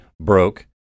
broke